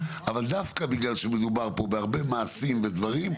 אבל דווקא בגלל שמדובר פה בהרבה מעשים ודברים,